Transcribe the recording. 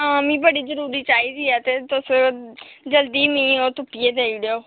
हां मिगी बड़ी जरूरी चाहिदी अज्ज ते तुस जल्दी मिगी ओह् तुप्पियै देई डेओ